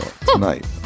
Tonight